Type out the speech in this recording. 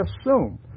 assume